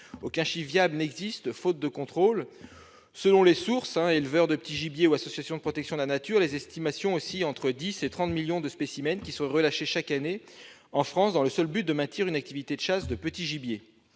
Aucun chiffre viable n'existe, faute de contrôle. Selon les sources- éleveurs de petit gibier ou associations de protection de la nature -les estimations oscillent entre 10 millions et 30 millions de spécimens relâchés chaque année, en France, dans le seul but de maintenir une activité de chasse de petit gibier.